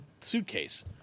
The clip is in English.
suitcase